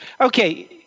okay